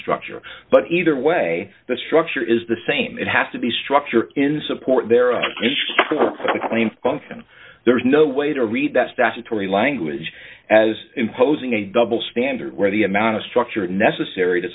structure but either way the structure is the same it has to be structured in support their claim on there is no way to read that statutory language as imposing a double standard where the amount of structure necessary to